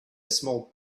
small